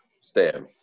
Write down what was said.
Stan